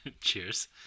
Cheers